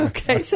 Okay